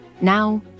Now